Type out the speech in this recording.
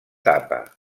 tapa